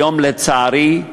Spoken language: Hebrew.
היום, לצערי,